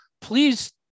please